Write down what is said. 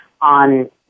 on